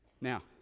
Now